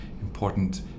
important